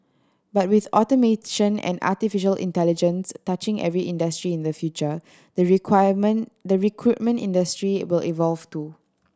but with automation and artificial intelligence touching every industry in the future the requirement the recruitment industry will evolve too